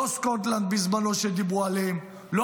לא סקוטלנד שדיברו עליה בזמנו,